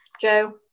Joe